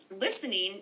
listening